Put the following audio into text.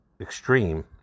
extreme